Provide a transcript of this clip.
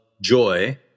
joy